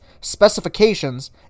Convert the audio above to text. specifications